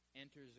enters